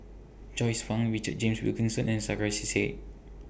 Joyce fan Richard James Wilkinson and Sarkasi Said